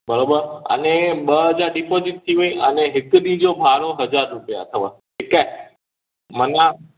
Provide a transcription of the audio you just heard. बराबरि अने ॿ हज़ार ॾिपोज़िट थी वयी हाणे हिक ॾींह जो भाड़ो हज़ार रुपिया अथव ठीकु आहे मन